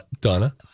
Donna